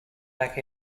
back